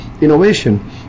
innovation